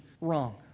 wrong